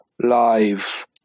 live